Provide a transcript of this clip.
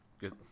good